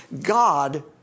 God